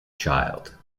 child